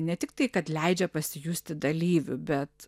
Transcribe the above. ne tik tai kad leidžia pasijusti dalyviu bet